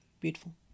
beautiful